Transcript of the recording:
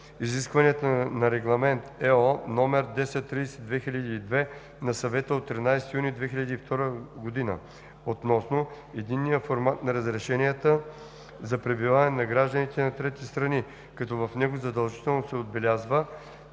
изискванията на Регламент (EО) № 1030/2002 на Съвета от 13 юни 2002 г. относно единния формат на разрешенията за пребиваване за гражданите на трети страни, като в него задължително се отбелязва